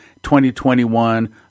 2021